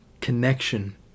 connection